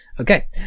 Okay